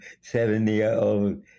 seven-year-old